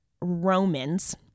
Romans